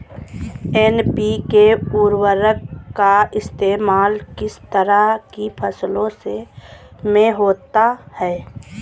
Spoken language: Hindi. एन.पी.के उर्वरक का इस्तेमाल किस तरह की फसलों में होता है?